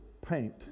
paint